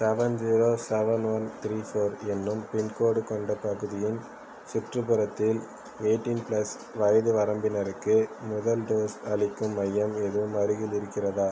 seven zero seven one three four எனும் pin code கொண்ட பகுதியின் சுற்றுப்புறத்தில் எய்ட்டின் ப்ளஸ் வயது வரம்பினருக்கு முதல் டோஸ் அளிக்கும் மையம் எதுவும் அருகில் இருக்கிறதா